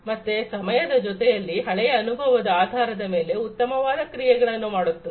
ಮತ್ತೆ ಸಮಯದ ಜೊತೆಯಲ್ಲಿ ಹಳೆಯ ಅನುಭವದ ಆಧಾರದ ಮೇಲೆ ಉತ್ತಮವಾದ ಕ್ರಿಯೆಗಳನ್ನು ಮಾಡುತ್ತದೆ